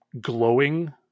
glowing